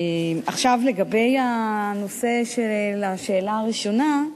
לגבי הנושא של השאלה הראשונה,